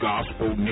Gospel